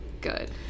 good